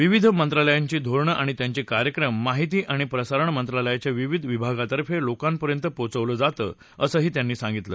विविध मंत्रालयांची धोरणं आणि त्यांचे कार्यक्रम माहिती आणि प्रसारण मंत्रालयाच्या विविध विभागातर्फे लोकांपर्यंत पोचवलं जातं असंही त्यांनी सांगितलं